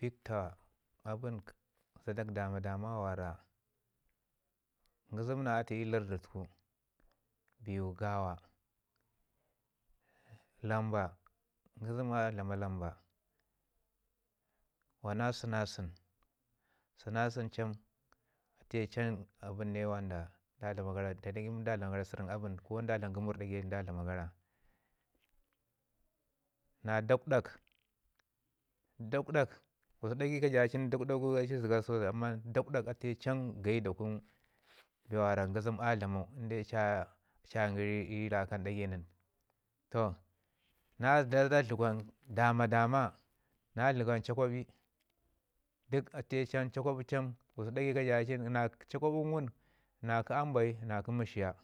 Bik taa abən zada dama- dama wara ngizim na atu ikun lardi tuku. Biwu gawa lamba, ngizim a dlama lamba, wana sina sən, sinasən cham atu ye abən wanda da dlama gara taa ɗa gine wara da dlama gara abən ko da dlam ngumuri ɗagfai da dlama gara. Na dakwdak dakwdak dakwdak gusku dagai men ka jaya cin a ci zəga dakwdak gu a ci ke gayi da kunu bee wara ngizim a dlamau in de a ci aya a ci ayan gəri rakan dagai nin. Toh na zada dləgwan dama- dama na dləgwan caƙwaɓi atuye cham caƙwaɓi cham gusku dagai men ka jaya cin na caƙwaɓi kə aambai na kə məshiya